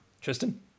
Tristan